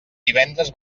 divendres